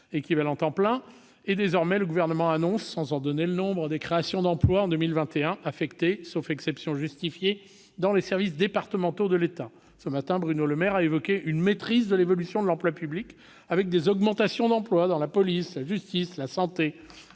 équivalents temps plein de moins ; et, désormais, le Gouvernement annonce, sans en donner le nombre, des créations d'emploi en 2021, affectées, sauf exceptions justifiées, dans les services départementaux de l'État. Ce matin, Bruno Le Maire a évoqué une « maîtrise de l'évolution de l'emploi public », avec des augmentations d'emplois dans la police, la justice et la santé,